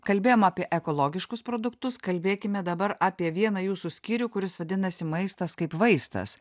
kalbėjom apie ekologiškus produktus kalbėkime dabar apie vieną jūsų skyrių kuris vadinasi maistas kaip vaistas